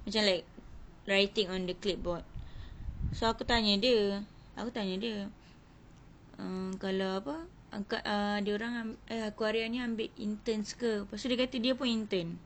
macam like writing on the clipboard so aku tanya dia aku tanya dia uh kalau apa dorang ambil aquaria ni ambil intern ke lepastu dia kata dia pun intern